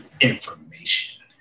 information